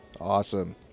awesome